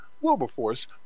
Wilberforce